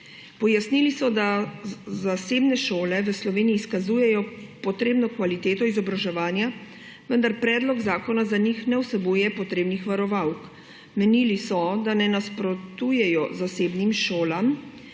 Pojasnili so, da zasebne šole v Sloveniji izkazujejo potrebno kvaliteto izobraževanja, vendar predlog zakona za njih ne vsebuje potrebnih varovalk. Menili so, da ne nasprotujejo zasebnim šolam,